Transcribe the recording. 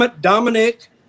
Dominic